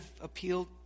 appealed